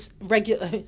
regular